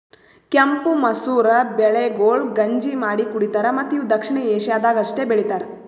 ಕೆಂಪು ಮಸೂರ ಬೆಳೆಗೊಳ್ ಗಂಜಿ ಮಾಡಿ ಕುಡಿತಾರ್ ಮತ್ತ ಇವು ದಕ್ಷಿಣ ಏಷ್ಯಾದಾಗ್ ಅಷ್ಟೆ ಬೆಳಿತಾರ್